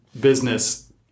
business